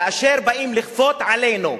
כאשר באים לכפות עלינו,